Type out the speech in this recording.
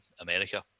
America